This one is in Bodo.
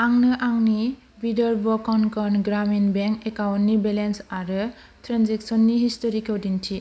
आंनो आंनि विधर्व कंकन ग्रामिन बेंक एकाउन्ट नि बेलेन्स आरो ट्रेनजेक्सन नि हिस्ट'रि खौ दिन्थि